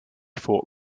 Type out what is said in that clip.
fort